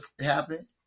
happen